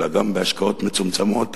אלא גם בהשקעות מצומצמות